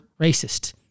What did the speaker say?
racist